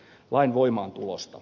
lain voimaantulosta